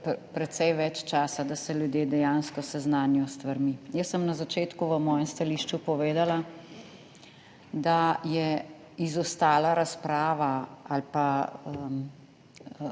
precej več časa, da se ljudje dejansko seznanijo s stvarmi. Jaz sem na začetku v mojem stališču povedala, da je izostala razprava ali pa